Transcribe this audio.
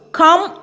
come